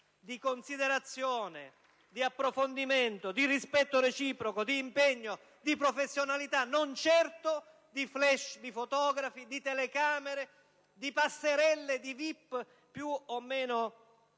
di considerazione, di approfondimento, di rispetto reciproco, di impegno, di professionalità, e non certo di *flash* di fotografi, di telecamere e passerelle di vip più o meno